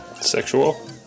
Sexual